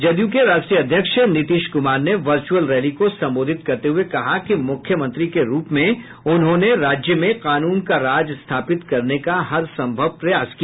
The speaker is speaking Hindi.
जदयू के राष्ट्रीय अध्यक्ष नीतीश कुमार ने वर्चुअल रैली को संबोधित करते हुये कहा कि मुख्यमंत्री के रूप में उन्होंने राज्य में कानून का राज स्थापित करने का हर सम्भव प्रयास किया